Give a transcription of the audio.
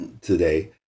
today